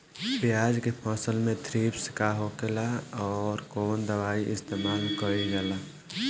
प्याज के फसल में थ्रिप्स का होखेला और कउन दवाई इस्तेमाल कईल जाला?